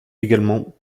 également